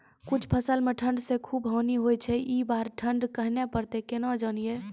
कुछ फसल मे ठंड से खूब हानि होय छैय ई बार ठंडा कहना परतै केना जानये?